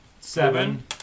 Seven